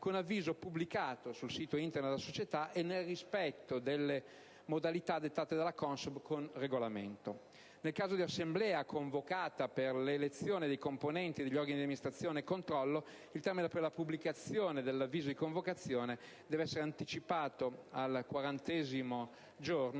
con avviso pubblicato sul sito Internet della società e nel rispetto delle modalità dettate dalla CONSOB con regolamento. Nel caso di assemblea convocata per l'elezione dei componenti degli organi di amministrazione e controllo, il termine per la pubblicazione dell'avviso di convocazione deve essere anticipato al quarantesimo giorno